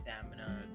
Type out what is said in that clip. stamina